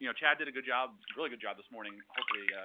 you know chad did a good job really good job this morning, hopefully,